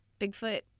Bigfoot